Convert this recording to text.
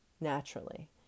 naturally